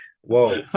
Whoa